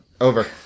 Over